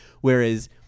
whereas